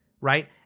right